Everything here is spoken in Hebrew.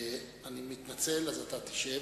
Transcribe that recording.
אני מתנצל, אז אתה תשב,